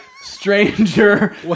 Stranger